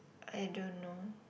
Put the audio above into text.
I don't know